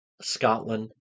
Scotland